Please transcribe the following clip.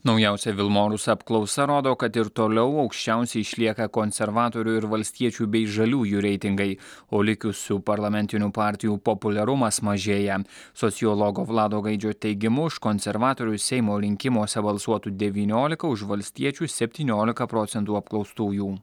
naujausia vilmorus apklausa rodo kad ir toliau aukščiausiai išlieka konservatorių ir valstiečių bei žaliųjų reitingai o likusių parlamentinių partijų populiarumas mažėja sociologo vlado gaidžio teigimu už konservatorius seimo rinkimuose balsuotų devyniolika už valstiečių septyniolika procentų apklaustųjų